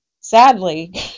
sadly